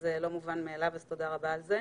זה לא מובן מאליו, תודה רבה על זה.